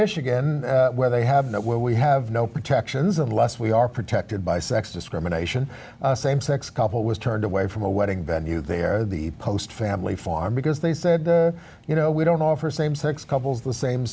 michigan where they have no where we have no protections unless we are protected by sex discrimination same sex couple was turned away from a wedding venue they're the post family farm because they said you know we don't offer same sex couples the same